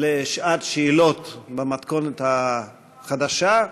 לשעת שאלות במתכונת החדשה.